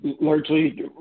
largely